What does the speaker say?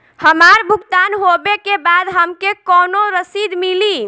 हमार भुगतान होबे के बाद हमके कौनो रसीद मिली?